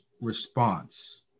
response